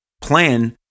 plan